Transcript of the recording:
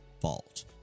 fault